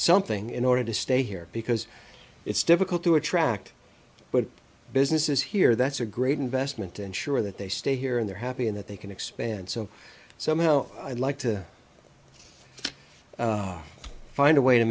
something in order to stay here because it's difficult to attract but business is here that's a great investment to ensure that they stay here and they're happy and that they can expand so somehow i'd like to find a way to